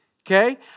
okay